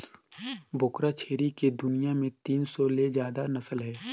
बोकरा छेरी के दुनियां में तीन सौ ले जादा नसल हे